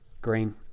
Green